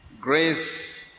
Grace